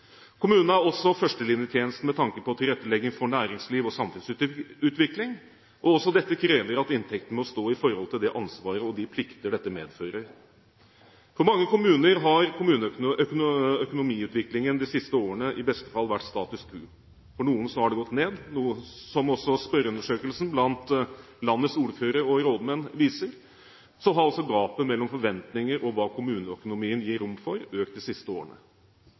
Kommunene har også førstelinjetjeneste med tanke på tilrettelegging for næringsliv og samfunnsutvikling. Dette krever også at inntektene må stå i forhold til det ansvaret og de plikter dette medfører. For mange kommuner har kommuneøkonomiutviklingen de siste årene i beste fall vært status quo, for noen har den gått ned. Som også spørreundersøkelsen blant landets ordførere og rådmenn viser, har altså gapet mellom forventninger og hva kommuneøkonomien har gitt rom for, økt de siste årene.